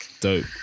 Dope